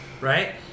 right